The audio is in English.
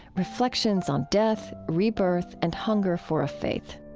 reflections on death, rebirth, and hunger for a faith